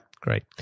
Great